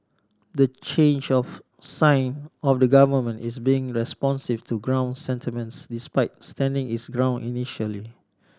the change of sign of the government is being responsive to ground sentiments despite standing its ground initially